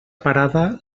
parada